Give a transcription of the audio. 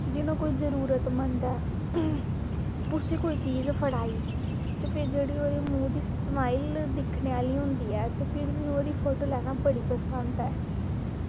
जि'यां कोई जरूरतमंद ऐ उसी कोई चीज़ फड़ाई ते फिर जेह्ड़ी ओह्दे मूंह् दी स्माईल दिक्खनी आह्ली होंदी ऐ ते फिर में ओह्दी फोटो लैना बड़ी पसंद ऐ